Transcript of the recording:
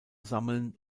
sammeln